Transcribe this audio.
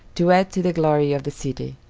to add to the glory of the city,